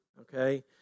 okay